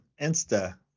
Insta